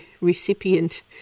recipient